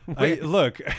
Look